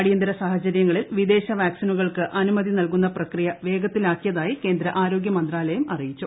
അടിയന്തര സാഹചര്യങ്ങളിൽ വിദേശ വാക്സിനുകൾക്ക് അനുമതി നൽകുന്ന പ്രക്രിയ വേഗത്തിലാക്കിയതായി കേന്ദ്ര ആരോഗ്യ മന്ത്രാലയം അറിയിച്ചു